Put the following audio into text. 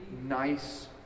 nice